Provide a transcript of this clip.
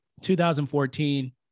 2014